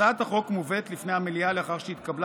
הצעת החוק מובאת לפני המליאה לאחר שהתקבלה